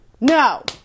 No